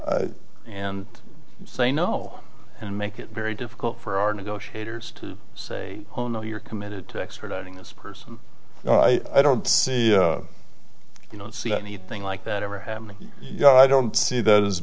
and say no and make it very difficult for our negotiators to say oh no you're committed to extraditing this person i don't see you don't see anything like that ever happening you know i don't see that as